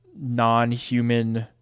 non-human